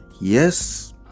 yes